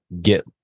get